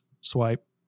swipe